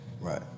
right